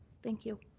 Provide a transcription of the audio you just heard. thank you.